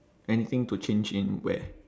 anything to change in where